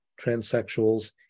transsexuals